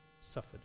suffered